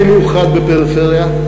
במיוחד בפריפריה,